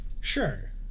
sure